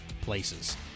places